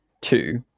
two